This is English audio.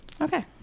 Okay